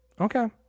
Okay